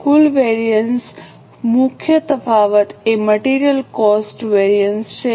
હવે કુલ વેરિએન્સ મુખ્ય તફાવત એ મટિરિયલ કોસ્ટ વેરિએન્સ છે